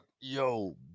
yo